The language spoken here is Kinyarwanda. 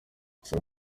gusa